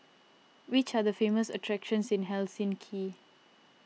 which are the famous attractions in Helsinki